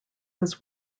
was